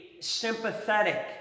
sympathetic